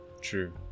true